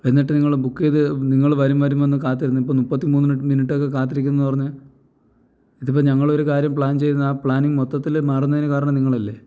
എന്നിട്ട് നിങ്ങൾ ബുക്ക് ചെയ്ത് നിങ്ങൾ വരും വരുമെന്ന് കാത്തിരുന്ന് ഇപ്പോൾ മുപ്പത്തിമൂന്ന് മിനുട്ട് ഒക്കെ കാത്തിരിക്കുക എന്ന് പറഞ്ഞാൽ ഇതിപ്പോൾ ഞങ്ങൾ ഒരു കാര്യം പ്ലാൻ ചെയ്ത് ആ പ്ലാനിങ്ങ് മൊത്തത്തിൽ മാറുന്നതിന് കാരണം നിങ്ങൾ അല്ലേ